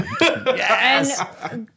Yes